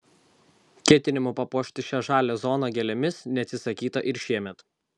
ketinimų papuošti šią žalią zoną gėlėmis neatsisakyta ir šiemet